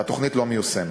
והתוכנית לא מיושמת.